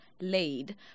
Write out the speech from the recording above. laid